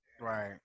Right